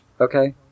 Okay